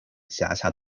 辖下